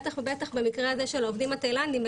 בטח ובטח במקרה הזה של העובדים התאילנדים,